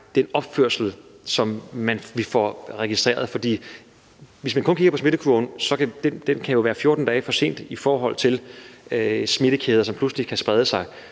anden er den opførsel, som vi får registreret. For hvis man kun kigger på smittekurven, kan den jo være 14 dage for sen i forhold til smittekæder, som pludselig kan sprede sig.